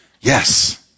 Yes